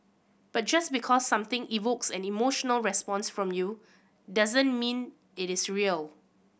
but just because something evokes an emotional response from you doesn't mean it is real